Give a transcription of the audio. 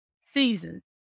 seasons